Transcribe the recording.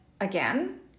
again